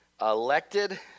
elected